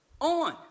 on